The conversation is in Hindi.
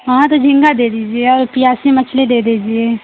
हाँ तो झींगा दे दीजिए और पियासी मछली दे दीजिए